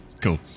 Cool